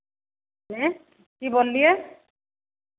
ह्म्म की बोललियै